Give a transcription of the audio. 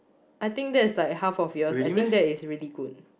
I think that is like half a year I think that is really good